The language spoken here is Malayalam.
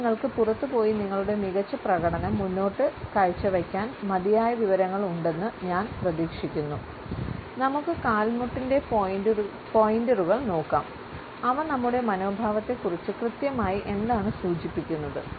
ഇപ്പോൾ നിങ്ങൾക്ക് പുറത്തുപോയി നിങ്ങളുടെ മികച്ച പ്രകടനം മുന്നോട്ട് വയ്ക്കാൻ മതിയായ വിവരങ്ങൾ ഉണ്ടെന്ന് ഞാൻ പ്രതീക്ഷിക്കുന്നു നമുക്ക് കാൽമുട്ടിൻറെ പോയിന്റുകൾ നോക്കാം അവ നമ്മുടെ മനോഭാവത്തെക്കുറിച്ച് കൃത്യമായി എന്താണ് സൂചിപ്പിക്കുന്നത്